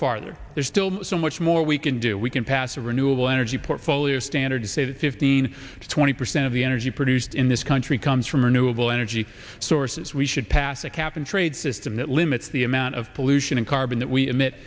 farther there's still so much more we can do we can pass a renewable energy portfolio standard to say that fifteen to twenty percent of the energy produced in this country comes from renewable energy sources we should pass a cap and trade system that limits the amount of pollution and carbon that we